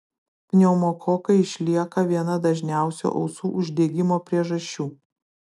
pneumokokai išlieka viena dažniausių ausų uždegimo priežasčių